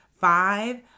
five